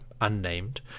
unnamed